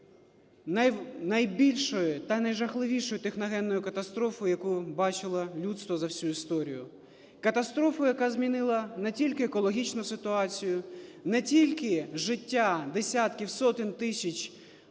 найбільшої та найжахливішої техногенної катастрофи, яку бачило людство за всю історію. Катастрофу, яка змінила не тільки екологічну ситуацію, не тільки життя десятків, сотень тисяч